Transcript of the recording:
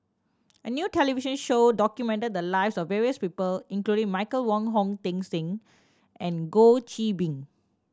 a new television show documented the lives of various people including Michael Wong Hong Teng Sing and Goh Qiu Bin